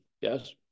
yes